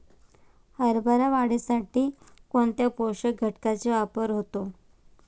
हरभरा वाढीसाठी कोणत्या पोषक घटकांचे वापर होतो?